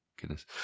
Goodness